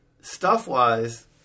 stuff-wise